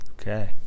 Okay